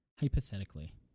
Hypothetically